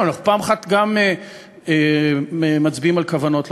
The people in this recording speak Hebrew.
גם מבחינה אידיאולוגית,